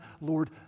Lord